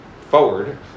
forward